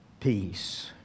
Peace